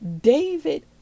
David